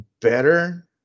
better